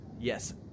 yes